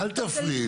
אל תפריעי לי.